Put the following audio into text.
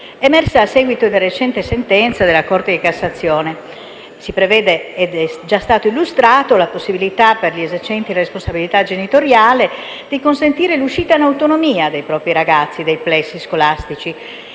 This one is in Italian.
emersa a seguito della recente sentenza della Corte di cassazione. Si prevede - come è già stato illustrato - la possibilità, per gli esercenti la responsabilità genitoriale, di consentire l'uscita in autonomia dei propri ragazzi dai plessi scolastici